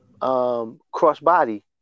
crossbody